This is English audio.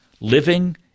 living